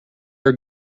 are